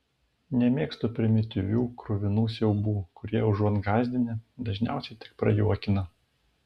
nemėgstu primityvių kruvinų siaubų kurie užuot gąsdinę dažniausiai tik prajuokina